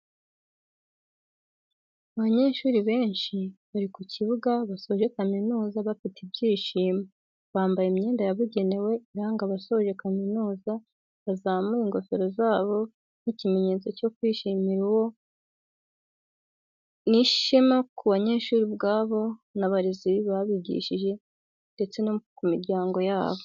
Abanyeshuri benshi bari mu kibuga basoje kamizuza bafite ibyishimo, bambaye imyenda yabugenewe iranga abasoje kaminuza bazamuye ingofero zabo nk'ikimenyetso cyo kwishimira uwo, ni ishema ku banyeshuri ubwabo, ku barezi babigishije ndetse no ku miryango yabo.